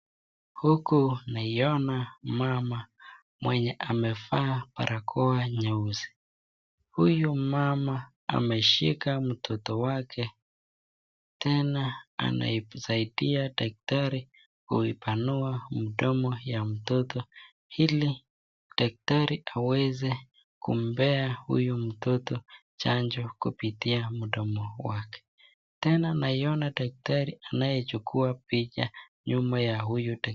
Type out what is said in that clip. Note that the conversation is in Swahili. Huku naiona mama mwenye amevaa barakoa nyeusi. Huyu mama ameshika mtoto wake, tena anaisaidia daktari kuipanua mdomo ya mtoto, ili daktari aweze kumpea huyu mtoto chanjo kupitia mdomo wake. Tena naiona daktari anayechukua picha nyuma ya huyu.